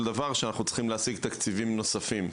דבר שאנחנו צריכים להשיג תקציבים נוספים,